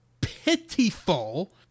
pitiful